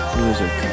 music